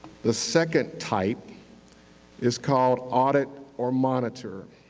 the second type is called audit or monitor.